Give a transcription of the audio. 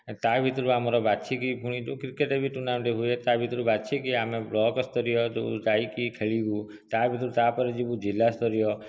ତା ଭିତରୁ ଆମର ବାଛିକି ପୁଣି କ୍ରିକେଟ୍ ବି ଟୁର୍ଣ୍ଣାମେଣ୍ଟ୍ ହୁଏ ତା ଭିତରୁ ବାଛିକି ଆମେ ବ୍ଳକ୍ ସ୍ତରୀୟ ଯେଉଁ ଯାଇକି ଖେଳିବୁ ତା ଭିତରୁ ତା'ପରେ ଯିବୁ ଜିଲ୍ଲା ସ୍ତରୀୟ